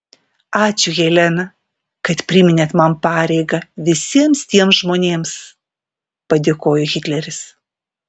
ačiū helena kad priminėt man pareigą visiems tiems žmonėms padėkojo hitleris